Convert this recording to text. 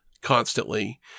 constantly